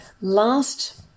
last